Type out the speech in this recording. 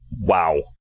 Wow